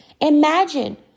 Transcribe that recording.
Imagine